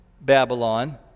Babylon